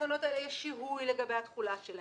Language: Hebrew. ובתקנות האלה יש שיהוי לגבי התחולה שלהן,